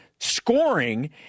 scoring